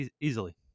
easily